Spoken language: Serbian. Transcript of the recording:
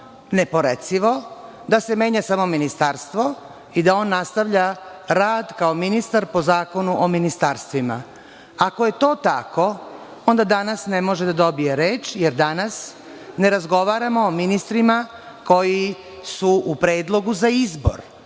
neporecivo, da se menja samo ministarstvo i da on nastavlja rad kao ministar po Zakonu o ministarstvima. Ako je to tako, onda danas ne može da dobije reč, jer danas ne razgovaramo o ministrima koji su u predlogu za izbore.